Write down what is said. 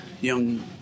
young